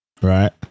right